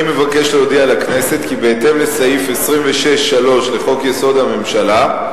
אני מבקש להודיע לכנסת כי בהתאם לסעיף 26(3) לחוק-יסוד: הממשלה,